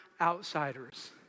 outsiders